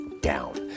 down